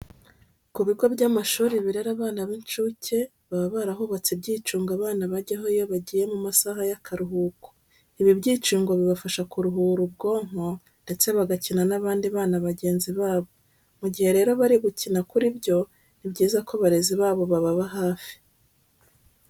Ku bigo by'amashuri birera abana b'incuke baba barahubatse ibyicungo abana bajyaho iyo bagiye mu masaha y'akaruhuko. Ibi byicungo bibafasha kuruhura ubwonko ndetse bagakina n'abandi bana bagenzi babo. Mu gihe rero bari gukinira kuri byo, ni byiza ko abarezi babo baba hafi.